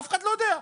אף אחד לא יודע.